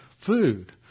food